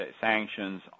sanctions